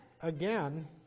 again